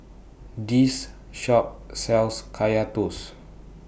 This Shop sells Kaya Toast